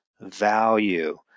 value